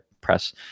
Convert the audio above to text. press